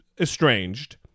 estranged